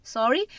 Sorry